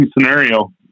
scenario